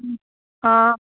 অঁ